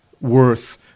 worth